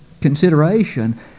consideration